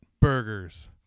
burgers